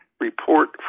report